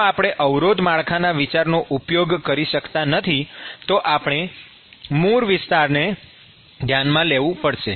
જો આપણે અવરોધ માળખાના વિચારનો ઉપયોગ કરી શકતા નથી તો આપણે મૂળ વિતરણને ધ્યાનમાં લેવું પડશે